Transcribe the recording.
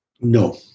No